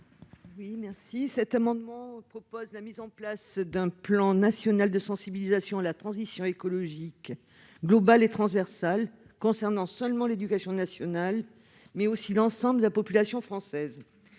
de Marco. Cet amendement vise à prévoir la mise en place d'un plan national de sensibilisation à la transition écologique global et transversal, concernant non seulement l'éducation nationale, mais aussi l'ensemble de la population française.